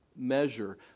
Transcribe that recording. Measure